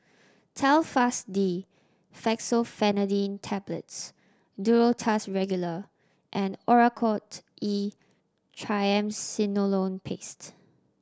Telfast D Fexofenadine Tablets Duro Tuss Regular and Oracort E Triamcinolone Paste